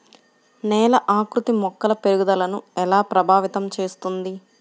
నేల ఆకృతి మొక్కల పెరుగుదలను ఎలా ప్రభావితం చేస్తుంది?